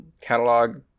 catalog